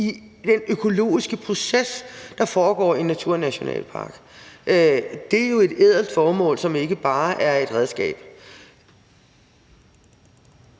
i den økologiske proces, der foregår i en naturnationalpark. Det er jo et ædelt formål, som indebærer, at de ikke